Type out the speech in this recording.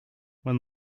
when